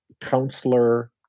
counselor